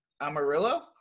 amarillo